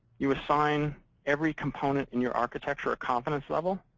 you assign every component in your architecture a confidence level,